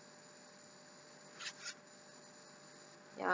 ya